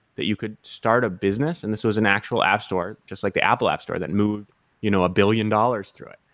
that you could start a business, and this was an actual app store, just like the apple app store, that moved you know a one billion dollars through it,